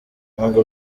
ntabwo